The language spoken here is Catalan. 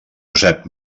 josep